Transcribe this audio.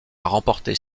remporter